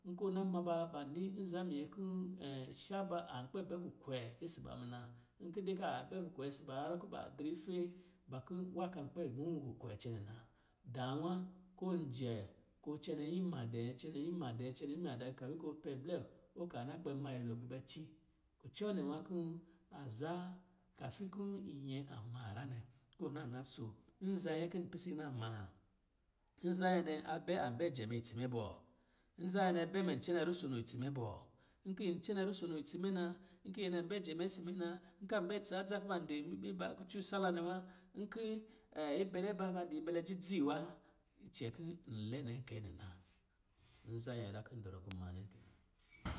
Nkɔ ɔ na ma ba ni nza minyɛ kɔ̄ sha ba an kpɛ bɛ kukwee isi ba muna. Nki dɛ a bɛ kukwe isi ba harrɔ kuba drɛ ife, ba kɔ̄ wa kan kpɛ wuwā kukwe cɛnɛ na. Dāā wa kɔ̄ jɛ ko cɛnɛ ima dɛɛ cɛnɛ ima dɛɛ cɛnɛ ima dɛɛ cɛnɛ ima dɛɛ kami kɔ pɛ blɛ ɔ ka na kpɛ ma nyɛlo kpɛ bɛ ci. Kucɔ nɛ nwa kɔ̄ a zwa kafi kɔ̄ nyɛ a ma ra nɛ ko ɔ naa na sho. Nza nyɛ ki pise na maa? Nza nyɛ nɛ a bɛ an bɛ jɛmɛ itsi mɛ bɔɔ? Nza nyɛ nɛ bɛ mɛ cɛnɛ rusono itsi mɛ bɔɔ? Nki n cɛnɛ rusono itsi mɛ na, nki nyɛ nɛ bɛ jɛmɛ na, nkan bɛ tsa dza kuban di kucɔ isala nɛ nwa, nkii ibɛlɛ ba baa di ibɛlɛ dzidzi wa, icɛ kɔ̄ n lɛ nɛ kɛ nɛ na. Nza yada ki zɔrɔ kɔ maa nɛ kɛ.